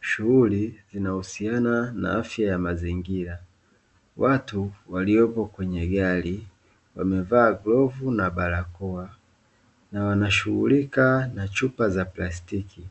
Shughuli inayohusiana na afya ya mazingira. Watu walioko kwenye gari wamevaa glovzi na barakoa na wanashughulika na chupa za plastiki,